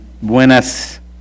buenas